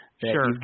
Sure